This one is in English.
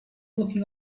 looking